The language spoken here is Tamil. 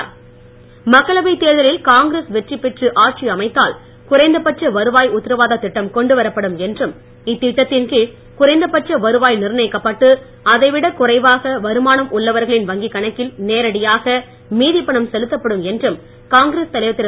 ராகுல் மக்களவைத் தேர்தலில் காங்கிரஸ் வெற்றி பெற்று ஆட்சி அமைத்தால் குறைந்த பட்ச வருவாய் உத்திரவாத திட்டம் கொண்டுவரப்படும் என்றும் இத்திட்டத்தின் கீழ் குறைந்த பட்ச வருவாய் நிர்ணயிக்கப்பட்டு அதைவிட குறைவாக வருமானம் உள்ளவர்களின் வங்கிக் கணக்கில் நேரடியாக மீதிப்பணம் செலுத்தப்படும் என்றும் காங்கிரஸ்தலைவர் திரு